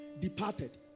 departed